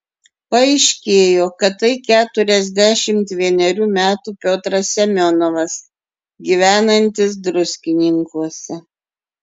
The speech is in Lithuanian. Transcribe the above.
paaiškėjo kad tai keturiasdešimt vienerių metų piotras semionovas gyvenantis druskininkuose